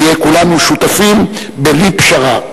נהיה כולנו שותפים בלי פשרה.